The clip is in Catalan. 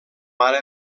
ara